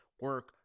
Work